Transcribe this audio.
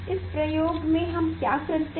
इस प्रयोग में हम क्या करते हैं